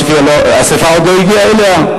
והשרפה עוד לא הגיעה אליה.